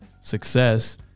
success